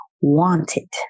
wanted